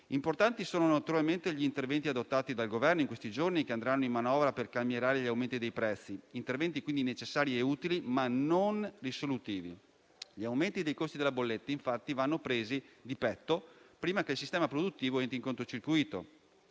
Importanti sono naturalmente gli interventi adottati dal Governo in questi giorni, che saranno inseriti nella manovra, per calmierare gli aumenti dei prezzi (interventi quindi necessari e utili, ma non risolutivi). Gli aumenti dei costi della bolletta vanno infatti presi di petto prima che il sistema produttivo entri in cortocircuito.